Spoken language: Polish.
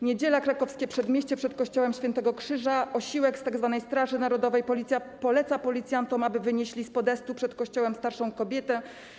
Niedziela, Krakowskie Przedmieście, przed kościołem św. Krzyża, osiłek z tzw. straży narodowej poleca policjantom, aby wynieśli z podestu przed kościołem starszą kobietę.